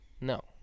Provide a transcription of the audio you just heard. No